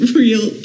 real